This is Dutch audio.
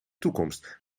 toekomst